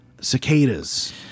cicadas